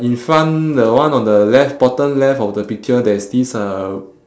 in front the one on the left bottom left of the picture there is this uh